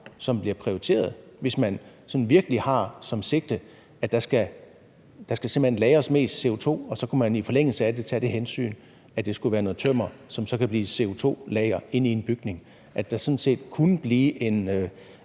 der bliver prioriteret? Hvis man virkelig har som sigte, at der simpelt hen skal lagres mest muligt CO2, så kunne man i forlængelse af det tage det hensyn, at det skulle være træsorter, som så kunne blive til noget tømmer og CO2-lager i en bygning,